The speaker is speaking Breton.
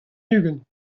ugent